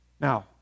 Now